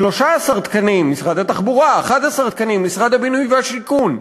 13 תקנים ממשרד התחבורה ו-11 תקנים ממשרד הבינוי והשיכון.